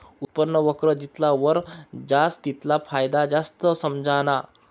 उत्पन्न वक्र जितला वर जास तितला फायदा जास्त समझाना